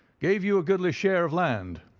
gave you a goodly share of land,